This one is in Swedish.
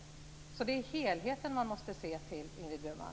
Det är helheten man måste se till, Ingrid Burman.